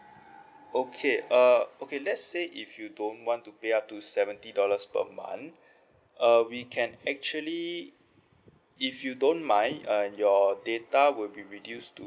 okay uh okay let's say if you don't want to pay up to seventy dollars per month uh we can actually if you don't mind uh your data will be reduced to